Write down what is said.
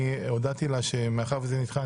הודעתי לה שמאחר שהדיון נדחה,